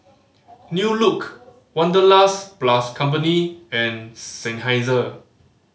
New Look Wanderlust Plus Company and Seinheiser